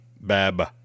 Bab